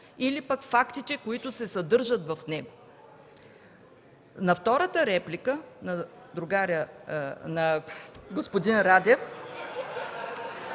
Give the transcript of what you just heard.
или пък фактите, които се съдържат в него. На втората реплика на другаря,